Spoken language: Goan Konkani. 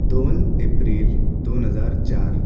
दोन एप्रिल दोन हजार चार